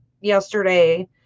yesterday